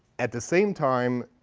at the same time,